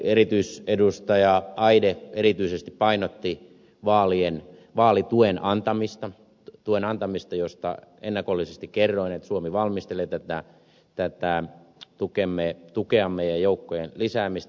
ykn erityisedustaja eide erityisesti painotti vaalituen antamista josta ennakollisesti kerroin että suomi valmistelee tätä tukeamme ja joukkojen lisäämistä